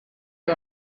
uri